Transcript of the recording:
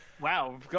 Wow